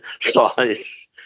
size